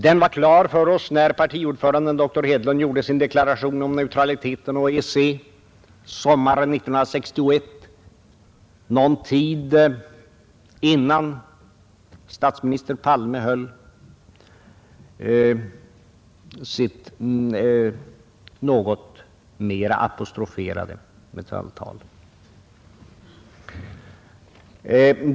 Den var klar för oss när partiordföranden doktor Hedlund gjorde sin deklaration om neutraliteten och EEC sommaren 1961, någon tid innan statsminister Erlander höll sitt något mera apostroferade Metalltal.